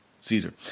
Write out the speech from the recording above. Caesar